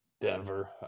Denver